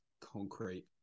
concrete